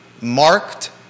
marked